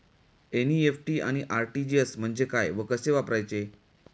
NEFT आणि RTGS म्हणजे काय व कसे वापरायचे?